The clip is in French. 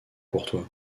courtois